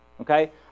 okay